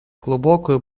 глубокую